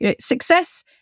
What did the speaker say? Success